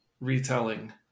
retelling